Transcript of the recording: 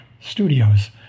Studios